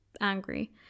angry